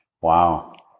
Wow